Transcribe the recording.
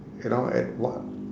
around at one